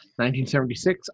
1976